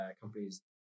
companies